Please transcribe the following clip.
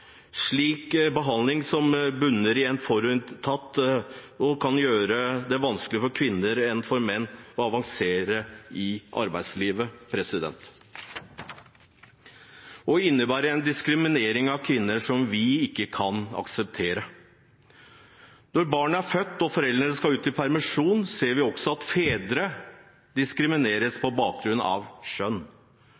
Slik behandling bunner i forutinntatthet og kan gjøre det vanskeligere for kvinner enn for menn å avansere i arbeidslivet, og det innebærer en diskriminering av kvinner som vi ikke kan akseptere. Når barnet er født og foreldrene skal ut i permisjon, ser vi også at fedre diskrimineres på bakgrunn av